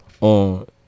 on